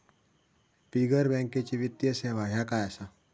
बिगर बँकेची वित्तीय सेवा ह्या काय असा?